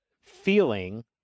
feeling